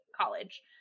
college